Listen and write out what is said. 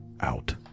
out